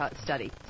study